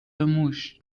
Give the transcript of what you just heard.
موش